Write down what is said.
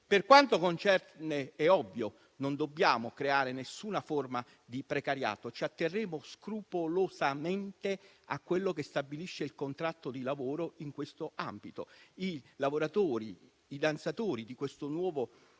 del Ministero. È ovvio che non dobbiamo creare alcuna forma di precariato. Ci atterremo scrupolosamente a quello che stabilisce il contratto di lavoro in questo ambito. I danzatori di questi nuovi